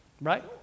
right